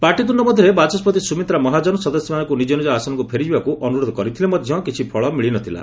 ପାଟିତୁଣ୍ଡ ମଧ୍ୟରେ ବାଚସ୍କତି ସୁମିତ୍ରା ମହାଜନ ସଦସ୍ୟମାନଙ୍କୁ ନିଜ ନିଜ ଆସନକୁ ଫେରିଯିବାକୁ ଅନୁରୋଧ କରିଥିଲେ ମଧ୍ୟ କିଛି ଫଳ ମିଳିନ ଥିଲା